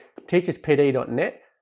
teacherspd.net